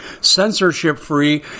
censorship-free